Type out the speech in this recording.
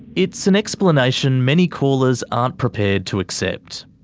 it's an explanation many callers aren't prepared to accept.